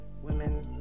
women